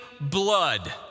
blood